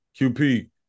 QP